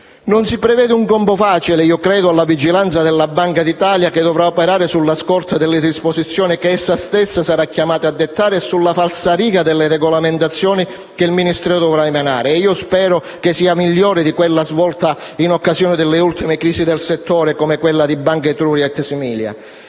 Non si prevede un compito facile - io credo - nella vigilanza che la Banca d'Italia dovrà operare sulla scorta delle disposizioni che la stessa sarà chiamata a dettare e sulla falsariga della regolamentazione che il Ministero dovrà emanare. E io spero che sia migliore di quella svolta in occasione delle ultimi crisi del settore, come quella di Banca Etruria *et similia*.